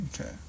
Okay